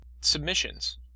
submissions